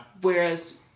Whereas